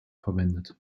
verwendet